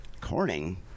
Corning